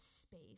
space